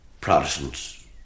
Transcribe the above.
Protestants